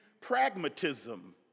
pragmatism